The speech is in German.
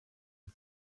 die